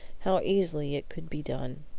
how easily it could be done,